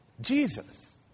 Jesus